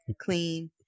clean